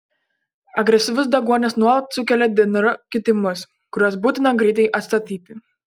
agresyvus deguonis nuolat sukelia dnr kitimus kuriuos būtina greitai atstatyti